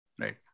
Right